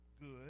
good